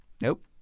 Nope